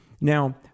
Now